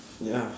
ya